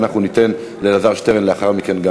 ואנחנו ניתן גם לאלעזר שטרן לדבר לאחר מכן.